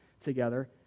together